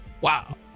Wow